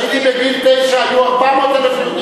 כשהייתי בגיל תשע היו 400,000 יהודים,